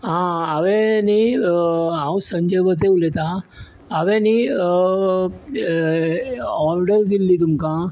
आं हांवें नी हांव संजय वज्रे उलयता हांवें नी ऑर्डर दिल्ली तुमका